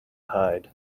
hide